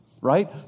right